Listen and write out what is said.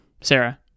Sarah